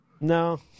No